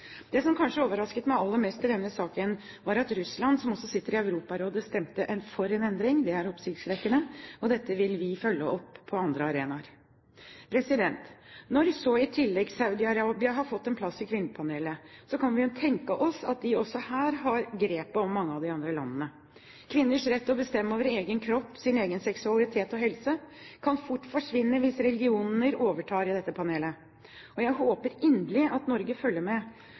Det som kanskje overrasket meg aller mest i denne saken, var at Russland, som også sitter i Europarådet, stemte for en endring. Det er oppsiktsvekkende. Dette vil vi følge opp på andre arenaer. Når så i tillegg Saudi-Arabia har fått en plass i FNs kvinnepanel, kan vi tenke oss at de også her har grepet på mange av de andre landene. Kvinners rett til å bestemme over egen kropp, sin egen seksualitet og helse kan fort forsvinne hvis religioner overtar i dette panelet. Jeg håper inderlig at Norge følger med,